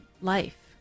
life